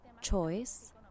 choice